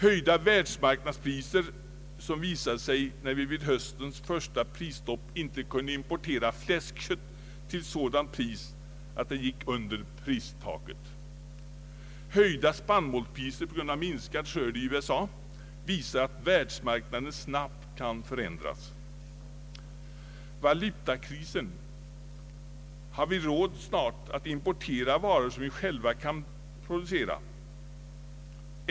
Höjda världsmarknadspriser, som visade sig när vi vid höstens första prisstopp inte kunde importera fläskkött till sådant pris att det gick under pristaket. Höjda spannmålspriser på grund av minskad skörd i USA visar att världsmarknaden snabbt kan förändras. Valutakrisen. Har vi råd att importera varor som vi själva kan producera?